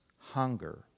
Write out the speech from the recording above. hunger